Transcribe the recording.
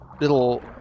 little